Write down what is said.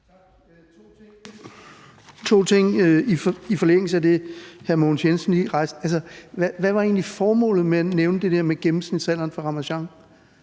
to ting i forlængelse af det, hr. Mogens Jensen lige spurgte til. Hvad var egentlig formålet med at nævne det der med